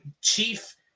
chief